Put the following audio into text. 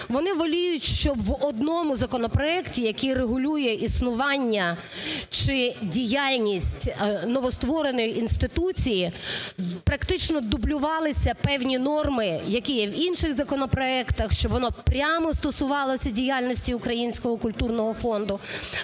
вони воліють, щоб в одному законопроекті, який регулює існування чи діяльність новоствореної інституції практично дублювалися певні норми, які є в інших законопроектах, щоб воно прямо стосувалося діяльності Українського культурного фонду,